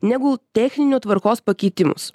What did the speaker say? negu techniniu tvarkos pakeitimus